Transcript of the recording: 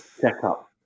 checkup